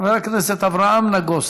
חבר הכנסת אברהם נגוסה.